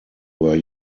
were